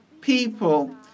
people